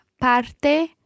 parte